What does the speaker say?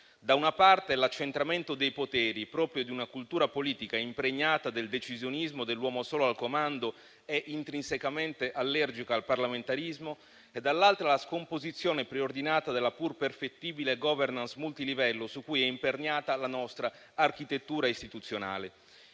da una parte, l'accentramento dei poteri, proprio di una cultura politica impregnata del decisionismo dell'uomo solo al comando e intrinsecamente allergica al parlamentarismo e, dall'altra parte, la scomposizione preordinata della pur perfettibile *governance* multilivello su cui è imperniata la nostra architettura istituzionale.